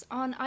on